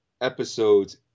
episode's